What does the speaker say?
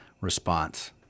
response